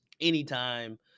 anytime